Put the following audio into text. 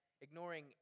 ignoring